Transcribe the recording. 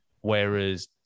Whereas